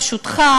ברשותך,